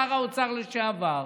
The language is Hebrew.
שר האוצר לשעבר,